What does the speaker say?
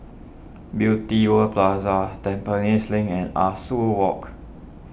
Beauty World Plaza Tampines Link and Ah Soo Walk